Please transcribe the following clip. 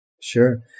Sure